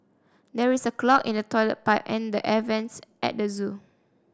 there is a clog in the toilet pipe and the air vents at the zoo